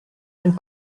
ein